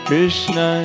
Krishna